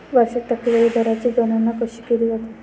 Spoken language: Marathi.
वार्षिक टक्केवारी दराची गणना कशी केली जाते?